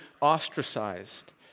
ostracized